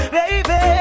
baby